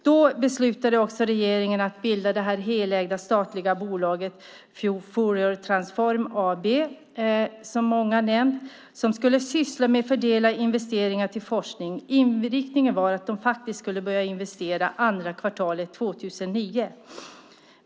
Då beslutade regeringen att bilda det helägda statliga bolaget Fouriertransform AB, som många här nämnt. Det skulle syssla med att fördela investeringar i forskning. Inriktningen var att de skulle börja investera andra kvartalet 2009.